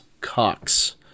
Cox